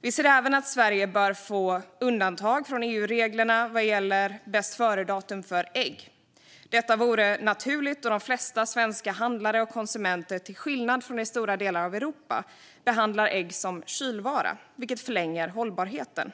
Vi anser även att Sverige bör få undantag från EU-reglerna vad gäller bästföredatum för ägg. Detta vore naturligt då de flesta svenska handlare och konsumenter till skillnad från i stora delar av EU behandlar ägg som kylvara, vilket förlänger hållbarheten.